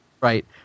right